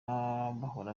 bahora